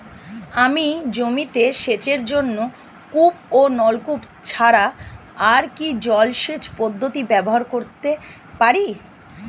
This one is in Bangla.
আমি জমিতে সেচের জন্য কূপ ও নলকূপ ছাড়া আর কি জলসেচ পদ্ধতি ব্যবহার করতে পারি?